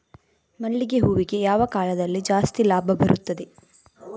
ಮಲ್ಲಿಗೆ ಹೂವಿಗೆ ಯಾವ ಕಾಲದಲ್ಲಿ ಜಾಸ್ತಿ ಲಾಭ ಬರುತ್ತದೆ?